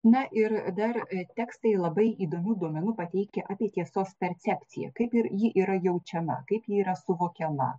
na ir dar tekstai labai įdomių duomenų pateikia apie tiesos percepciją kaip ir ji yra jaučiama kaip ji yra suvokiama